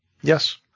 yes